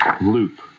loop